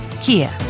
Kia